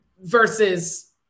versus